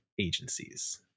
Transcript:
agencies